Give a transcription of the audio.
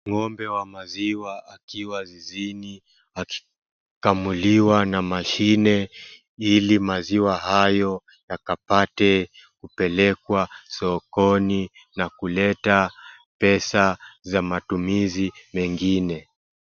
Ng'ombe wa maziwa akiwa zizini akikamuliwa na mashine ili maziwa hayo yakapate kupelekwa sokoni na na kuleta pesa za matuizi mengine.